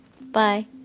bye